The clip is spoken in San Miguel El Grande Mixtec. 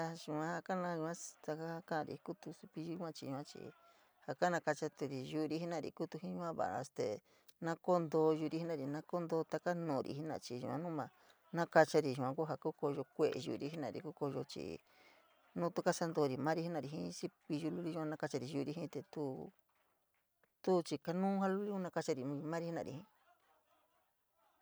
Yua kana yua taka ja kari kutu cepillu yua chii, yua chi ja kanakachori yuri jenari, kutu yua nara este na kontoo yuri jenari na kontoo taka nu’uri, chii yua nu ma na kachari yua kuu kooyo kue yuvi jenari kunkoyo kue’e yuri jenari chii nu tu kasantori mari jenari jii cepillu luli yua, nakachari yuri te tuu tu chii kanu ja jaluliun nakachari nu’u mari jenari.